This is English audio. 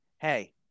hey